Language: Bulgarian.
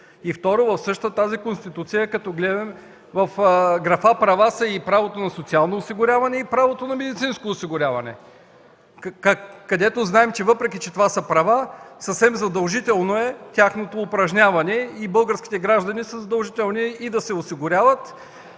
Второ, в същата тази Конституция като гледам в графа „Права” са и правото на социално осигуряване и правото на медицинско осигуряване, където знаем, че въпреки, че това са права, съвсем задължително е тяхното упражняване и българските граждани са задължени да се осигуряват